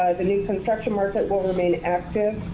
the new construction market will remain active.